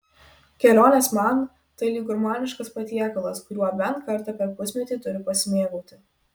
kelionės man tai lyg gurmaniškas patiekalas kuriuo bent kartą per pusmetį turiu pasimėgauti